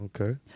okay